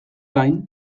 gain